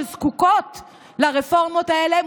שזקוקות לרפורמות האלה,